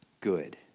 good